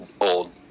old